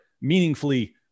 meaningfully